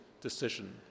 decision